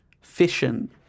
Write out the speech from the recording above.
fission